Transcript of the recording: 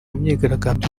myigaragambyo